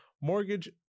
mortgage